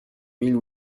mille